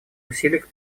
усилиях